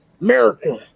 America